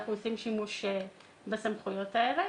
ואנחנו עושים שימוש בסמכויות האלה.